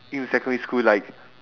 in secondary school like